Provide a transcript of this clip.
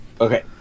Okay